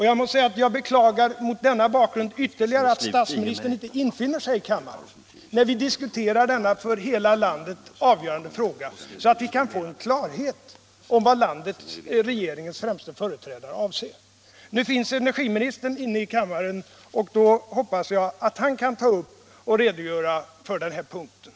Jag beklagar mot denna bakgrund ytterligare att statsministern inte infinner sig i kammaren när vi diskuterar denna för hela landet avgörande fråga, så att vi kan få klarhet om vad regeringens främste företrädare avser. Nu är energiministern inne i kammaren, och jag hoppas att han kan redogöra för den här punkten.